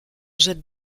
jette